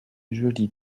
joli